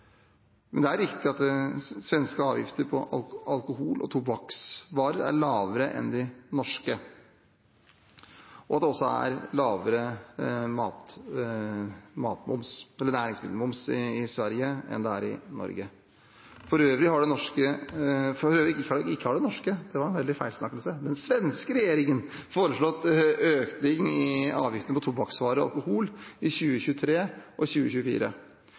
Men det er riktig at svenske avgifter på alkohol- og tobakksvarer er lavere enn de norske. Det er også lavere næringsmiddelmoms i Sverige enn i Norge. For øvrig har den svenske regjeringen foreslått en økning i avgiftene på tobakksvarer og alkohol i 2023 og 2024.